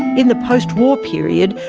in the post-war period,